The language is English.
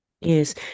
Yes